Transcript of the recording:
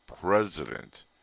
president